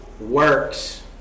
works